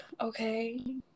okay